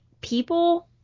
people